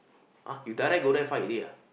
!huh! you direct go there fight already ah